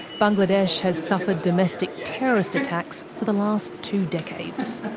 bangladesh has suffered domestic terrorist attacks for the last two decades.